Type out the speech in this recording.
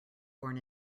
born